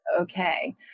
okay